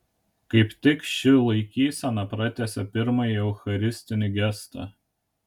kaip tik ši laikysena pratęsia pirmąjį eucharistinį gestą